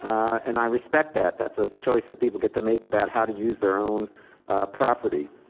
and i respect that that's a choice that people get to make about how to use their own property.